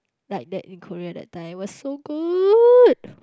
like that in Korea that time it was so good